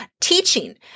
Teaching